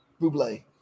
Buble